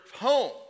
home